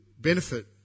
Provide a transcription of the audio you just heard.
benefit